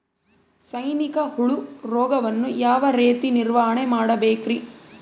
ಸೈನಿಕ ಹುಳು ರೋಗವನ್ನು ಯಾವ ರೇತಿ ನಿರ್ವಹಣೆ ಮಾಡಬೇಕ್ರಿ?